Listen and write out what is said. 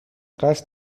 قصد